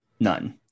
None